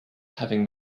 having